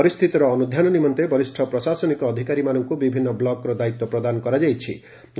ପରିସ୍ତିତିର ଅନୁଧ୍ୟାନ ନିମନ୍ତେ ବରିଷ ପ୍ରଶାସନିକ ଅଧିକାରୀ ମାନଙ୍କୁ ବିଭିନ୍ନ ବ୍କକର ଦାୟିତ୍ୱ ପ୍ରଦାନ କରାଯାଇଚ୍ଚି